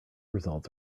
results